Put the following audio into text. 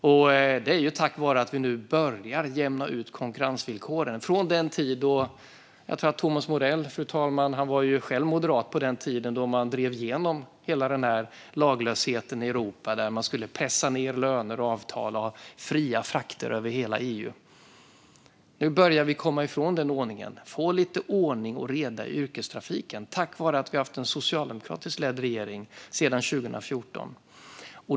Detta sker tack vare att vi nu börjar jämna ut konkurrensvillkoren från den tid då Thomas Morell själv var moderat. Man drev igenom hela den laglöshet i Europa då löner och avtal skulle pressas ned. Det skulle vara fria frakter över hela EU. Nu börjar vi komma ifrån den ordningen. Vi får lite ordning och reda i yrkestrafiken, tack vare att vi haft en socialdemokratiskt ledd regering sedan 2014.